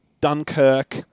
Dunkirk